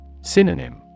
Synonym